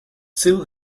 seoul